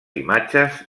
imatges